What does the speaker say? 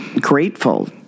grateful